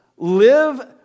live